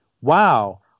wow